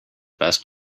best